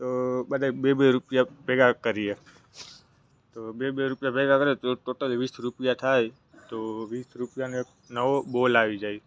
તો બધાએ બે બે રૂપિયા ભેગા કરીએ તો બે બે રૂપિયા ભેગા કરીએ તો ટોટલ વીસ રૂપિયા થાય તો વીસ રૂપિયાનો એક નવો બોલ આવી જાય